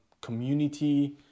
community